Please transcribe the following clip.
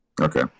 Okay